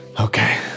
Okay